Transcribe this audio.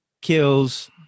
kills